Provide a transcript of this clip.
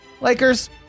Lakers